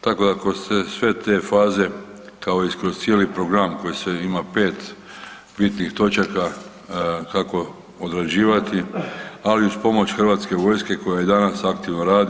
Tako da kroz sve te faze i kroz cijeli program koji se ima 5 bitnih točaka kako odrađivati, ali uz pomoć hrvatske vojske koja i danas aktivno radi.